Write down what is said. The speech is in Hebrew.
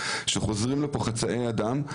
שחוזרים לפה חצאי אדם,